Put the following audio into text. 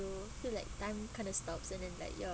feel like times kind of stop and then like you're